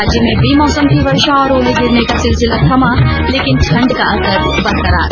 राज्य में बेमौसम की वर्षा और ओले गिरने का सिलसिला थमा लेकिन ठण्ड का असर बरकरार